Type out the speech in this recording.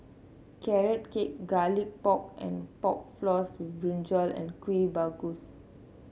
Carrot Cake Garlic Pork and Pork Floss Brinjal and Kueh Bugis